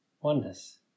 Oneness